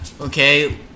Okay